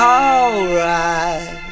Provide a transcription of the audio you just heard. alright